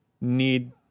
need